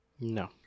No